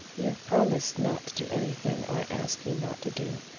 you have promised not to do anything i ask you not to do,